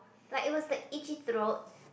like it was the itchy throat